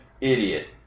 idiot